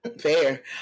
Fair